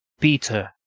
Peter